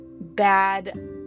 bad